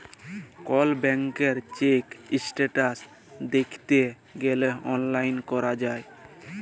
call ব্যাংকের check status দ্যাইখতে গ্যালে অললাইল ক্যরা যায়